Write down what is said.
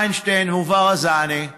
פיינשטיין וברזני,